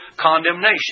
condemnation